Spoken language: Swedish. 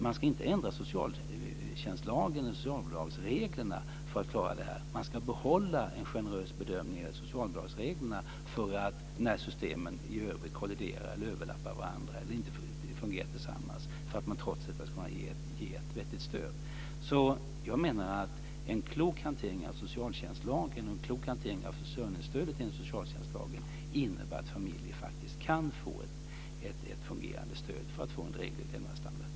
Man ska inte ändra socialbidragsreglerna i socialtjänstlagen för att klara detta, utan man ska behålla en generös bedömning när systemen i övrigt kolliderar med eller i övrigt överlappar varandra eller inte fungerar tillsammans för att det trots allt ska vara möjligt att ge ett vettigt stöd. En klok hantering av socialtjänstlagen och av försörjningsstödet enligt samma lag innebär att familjer kan få ett fungerande stöd för att därigenom få en dräglig levnadsstandard.